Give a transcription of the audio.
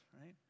right